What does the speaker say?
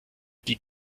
die